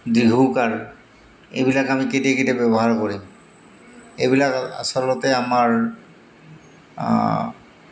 দীৰ্ঘ্য ঊ কাৰ এইবিলাক আমি কেতিয়া কেতিয়া ব্যৱহাৰ কৰিম এইবিলাক আচলতে আমাৰ